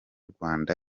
rwanda